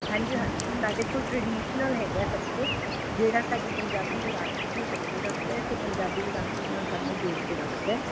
ਹਾਂਜੀ ਹਾਂਜੀ ਸਾਡੇ ਕੋਲ ਟਰੈਡੀਸ਼ਨਲ ਹੈਗਾ ਸਭ ਕੁਝ ਜਿਹੜਾ ਸਾਡੀ ਪੰਜਾਬੀ ਵਿਰਾਸਤ ਨੂੰ ਅੱਗੇ ਰੱਖਦਾ ਅਤੇ ਪੰਜਾਬੀ ਵਿਰਾਸਤ ਨਾਲ ਸਾਨੂੰ ਜੋੜ ਕੇ ਰੱਖਦਾ